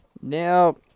Now